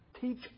teach